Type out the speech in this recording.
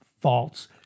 false